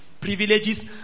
privileges